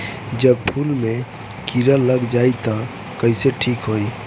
जब फूल मे किरा लग जाई त कइसे ठिक होई?